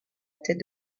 tête